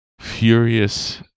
furious